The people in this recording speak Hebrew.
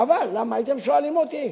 חבל, הייתם שואלים אותי.